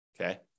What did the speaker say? Okay